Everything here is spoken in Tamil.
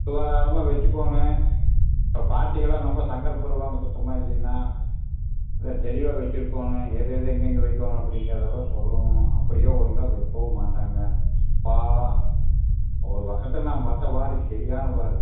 சுகாதாரமாக வெச்சுக்கோணும் அப்போ பார்டிங்கலாம் ரொம்ப சங்கடப்படுவாங்க சுத்தமாக இல்லைன்னா நல்லா தெளிவாக வச்சுருக்கோணும் எதை எதை எங்கெங்க வைக்கணும் அப்படிங்கிறதெல்லாம் சொல்லணும் அப்படியே ஒழுங்காக வைக்கவும் மாட்டாங்க அப்பா ஒரு பக்கத்தில் நான் பட்டபாடு சரியான பாடு